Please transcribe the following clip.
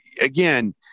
again